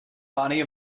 body